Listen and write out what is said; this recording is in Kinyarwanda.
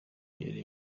yari